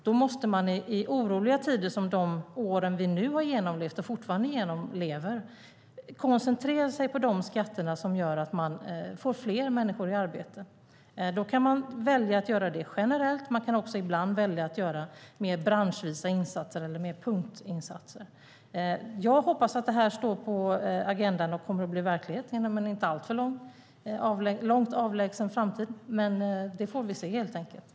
Då måste man i oroliga tider, som under de år som vi nu har genomlevt och fortfarande lever i, koncentrera sig på de skatter som gör att man får fler människor i arbete. Då kan man välja att göra det generellt. Ibland kan man också välja att göra mer branschvisa insatser eller punktinsatser. Jag hoppas att detta står på agendan och kommer att bli verklighet inom en inte alltför avlägsen framtid. Men det får vi helt enkelt se.